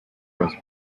was